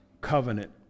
covenant